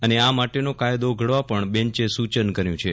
અને આ માટેનો કાયદો ઘડવા પણ બેન્ચે સૂચન કર્યું છે